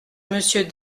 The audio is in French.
monsieur